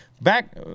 Back